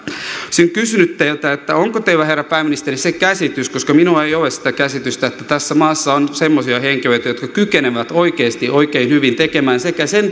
olisin kysynyt teiltä onko teillä herra pääministeri se käsitys koska minulla ei ole sitä käsitystä että tässä maassa on semmoisia henkilöitä jotka kykenevät oikeasti oikein hyvin tekemään sekä sen